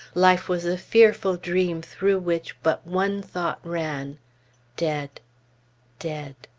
life was a fearful dream through which but one thought ran dead dead!